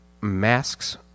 masks